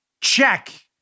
check